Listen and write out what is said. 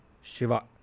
Shiva